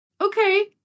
okay